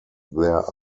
their